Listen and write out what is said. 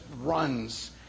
runs